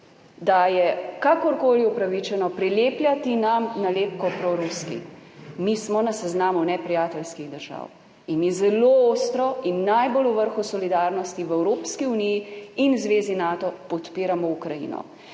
da je kakorkoli upravičeno prilepljati nam nalepko proruski. Mi smo na seznamu neprijateljskih držav in mi zelo ostro in najbolj v vrhu solidarnosti v Evropski uniji in zvezi Nato podpiramo Ukrajino.